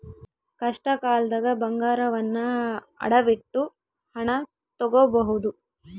ಕಷ್ಟಕಾಲ್ದಗ ಬಂಗಾರವನ್ನ ಅಡವಿಟ್ಟು ಹಣ ತೊಗೋಬಹುದು